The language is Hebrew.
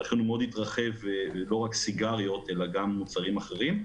הוא מאוד התרחב והוא כולל לא רק סיגריות אלא גם מוצרים אחרים.